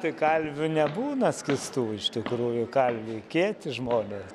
tai kalvių nebūna skystų iš tikrųjų kalviai kieti žmonės